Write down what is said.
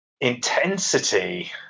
intensity